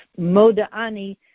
moda'ani